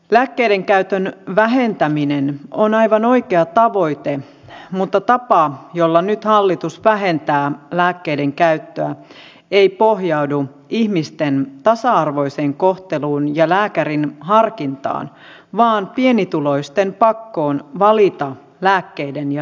lääkkeiden käytön vähentäminen on aivan oikea tavoite mutta tapa jolla nyt hallitus vähentää lääkkeiden käyttöä ei pohjaudu ihmisten tasa arvoiseen kohteluun ja lääkärin harkintaan vaan pienituloisten pakkoon valita lääkkeiden ja ruuan välillä